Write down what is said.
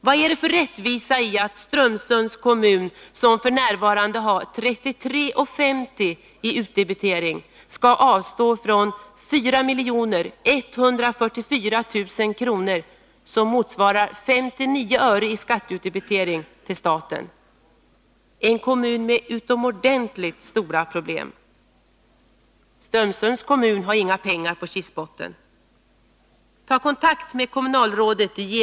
Vad är det för rättvisa i att Strömsunds kommun, som f. n. har 33:50 i utdebitering, skall avstå från 4 144000 kr. som motsvarar 59 öre i skatteutdebitering till staten? Det är en kommun med utomordentligt stora problem. Strömsunds kommun har inga pengar på kistbotten. Ta kontakt med kommunalrådet J.